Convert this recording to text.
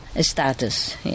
status